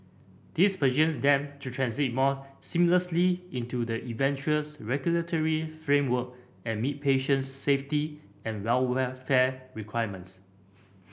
this them to transit more seamlessly into the eventual regulatory framework and meet patient safety and welfare requirements